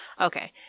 Okay